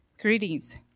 Greetings